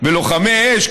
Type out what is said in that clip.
לוחמי האש,